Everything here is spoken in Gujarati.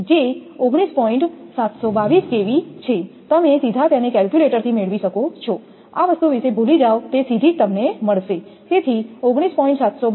722 kV છે તમે સીધા તેને કેલ્ક્યુલેટરથી મેળવી શકો છો આ વસ્તુ વિશે ભૂલી જાઓ તે સીધી જ તમને મળશે તેથી 19